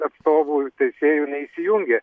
atstovų ir teisėjų neįsijungė